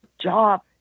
job